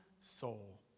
soul